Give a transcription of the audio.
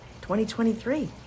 2023